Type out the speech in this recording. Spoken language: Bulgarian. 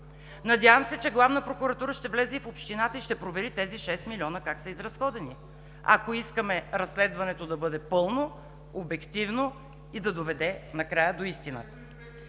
Надявам се, че Главната прокуратура ще влезе в общината и ще провери тези 6 милиона как са изразходени, ако искаме разследването да бъде пълно, обективно и да доведе накрая до истината.